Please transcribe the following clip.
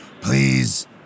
please